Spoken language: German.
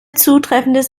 zutreffendes